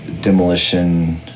Demolition